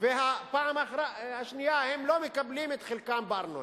לא מקבלות את חלקן בארנונה.